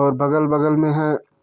और बगल बगल में है